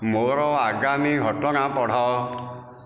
ମୋର ଆଗାମୀ ଘଟଣା ପଢ଼